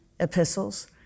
epistles